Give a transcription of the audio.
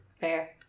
Fair